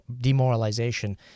demoralization